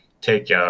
take